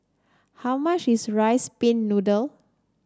how much is rice pin noodle